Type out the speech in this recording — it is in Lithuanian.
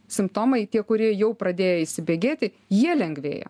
simptomai tie kurie jau pradėjo įsibėgėti jie lengvėja